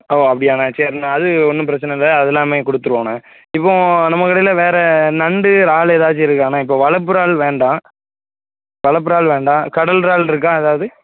ஓ அப்டியாண்ணா சேரிண்ண அது ஒன்றும் பிரச்சனை இல்லை அது எல்லாம் குடுத்துடுவோண்ணா இப்போது நம்ம கடையில் வேறு நண்டு இறால் ஏதாச்சும் இருக்காண்ணா இப்போ வளர்ப்பு இறால் வேண்டாம் வளர்ப்பு இறால் வேண்டாம் கடல் இறால் இருக்கா ஏதாவது